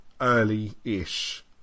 early-ish